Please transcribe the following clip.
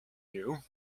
you